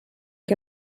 que